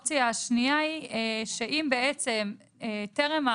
אני רק רוצה להוסיף פה לנוסח שהוא ייעשה לפי המלצת